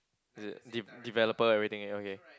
is it dev~ developer everything and okay